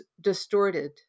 distorted